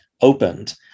opened